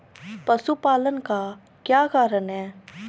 पशुपालन का क्या कारण है?